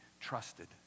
trusted